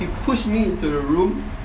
he push me into the room